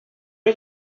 are